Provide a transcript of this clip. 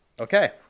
Okay